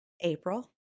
april